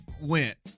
went